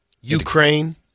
Ukraine